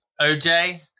OJ